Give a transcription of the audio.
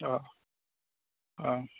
অ অ